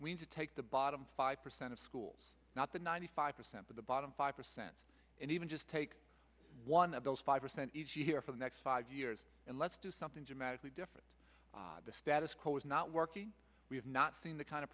we need to take the bottom five percent of schools not the ninety five percent but the bottom five percent and even just take one of those five percent each year for the next five years and let's do something dramatically different the status quo is not working we have not seen the kind of